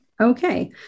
Okay